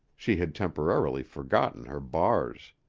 she had temporarily forgotten her bars.